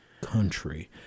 country